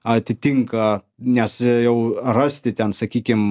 atitinka nes jau rasti ten sakykim